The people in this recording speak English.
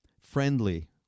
friendly